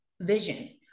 vision